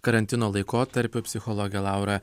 karantino laikotarpiu psichologė laura